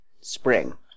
spring